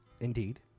indeed